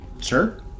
Sure